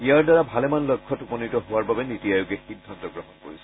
ইয়াৰ দ্বাৰা ভালেমান লক্ষ্যত উপনীত হোৱাৰ বাবে নিতি আয়োগে সিদ্ধান্ত গ্ৰহণ কৰিছে